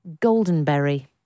goldenberry